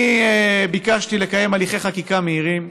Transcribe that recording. אני ביקשתי לקיים הליכי חקיקה מהירים.